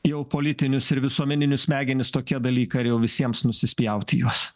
jau politinius ir visuomeninius smegenis tokie dalykai ar jau visiems nusispjaut į juos